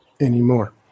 anymore